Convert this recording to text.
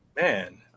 man